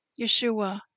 Yeshua